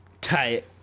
Tight